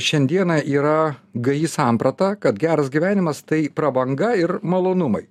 šiandieną yra gaji samprata kad geras gyvenimas tai prabanga ir malonumai